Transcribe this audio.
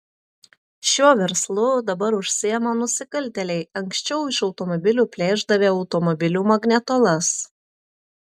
šiuo verslu dabar užsiima nusikaltėliai anksčiau iš automobilių plėšdavę automobilių magnetolas